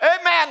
amen